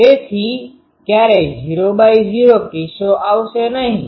તેથી ક્યારેય 00 કિસ્સો આવશે નહીં